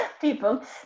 people